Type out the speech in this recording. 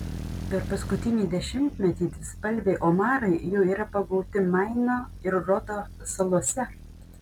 per paskutinį dešimtmetį dvispalviai omarai jau yra pagauti maino ir rodo salose